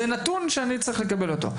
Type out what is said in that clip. זה נתון שאני צריך לקבל אותו.